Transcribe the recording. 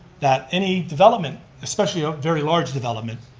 that any development, especially a very large development,